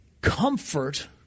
comfort